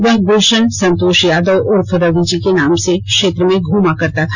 वह गुलशन संतोष यादव उर्फ रवि जी के नाम से क्षेत्र में घमा करता था